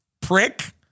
prick